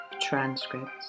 transcripts